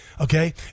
Okay